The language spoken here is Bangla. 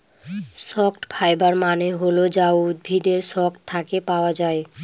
স্টক ফাইবার মানে হল যা উদ্ভিদের স্টক থাকে পাওয়া যায়